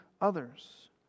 others